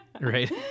Right